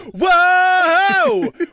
whoa